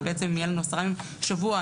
אבל בעצם זה מספר הימים שזה נותן.